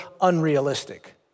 unrealistic